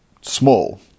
small